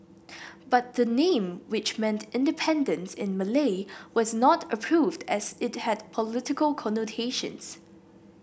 but the name which meant independence in Malay was not approved as it had political connotations